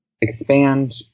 expand